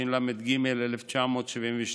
התשל"ג 1972,